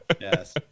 yes